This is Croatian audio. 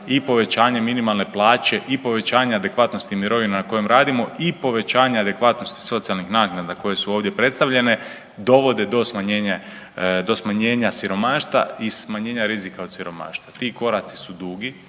i povećanje minimalne plaće i povećanje adekvatnosti mirovina na kojim radimo i povećanje adekvatnosti socijalnih naknada koje su ovdje predstavljene dovode do smanjenja siromaštva i smanjenja rizika od siromaštva. Ti koraci su dugi